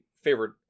Favorite